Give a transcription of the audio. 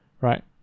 right